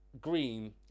Green